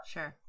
Sure